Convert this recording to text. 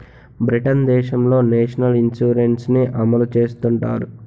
Britain దేశంలో national insurance ని అమలు చేస్తుంటారు